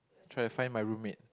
try to find my roommate